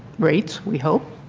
rates we hope.